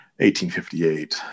1858